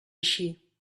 eixir